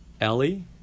Ellie